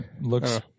looks